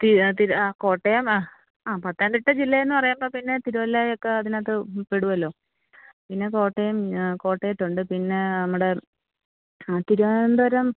തി തിരു ആ കോട്ടയം ആ പത്തനംതിട്ട ജില്ലയെന്ന് പറയുമ്പോൾ പിന്നെ തിരുവല്ലയൊക്കെ അതിനകത്ത് പെടുവല്ലോ പിന്നെ കോട്ടയം കോട്ടയത്തുണ്ട് പിന്നെ നമ്മുടെ അ തിരുവനന്തപുരം